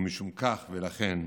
משום כך, לכן,